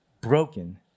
broken